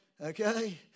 Okay